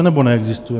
Nebo neexistuje?